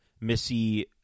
Missy